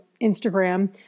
Instagram